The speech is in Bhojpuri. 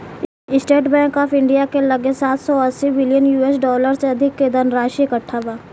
स्टेट बैंक ऑफ इंडिया के लगे सात सौ अस्सी बिलियन यू.एस डॉलर से अधिक के धनराशि इकट्ठा बा